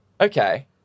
Okay